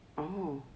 oh